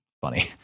funny